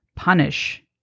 punish